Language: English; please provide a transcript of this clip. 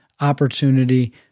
opportunity